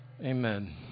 Amen